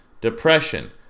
depression